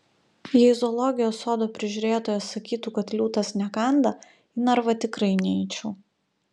jei zoologijos sodo prižiūrėtojas sakytų kad liūtas nekanda į narvą tikrai neičiau